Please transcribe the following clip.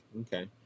Okay